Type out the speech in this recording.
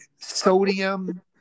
sodium